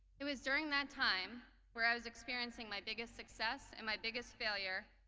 it was during that time where i was experiencing my biggest success and my biggest failure,